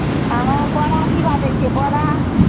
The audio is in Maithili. आँ बोरा की भाव दै छियै बोरा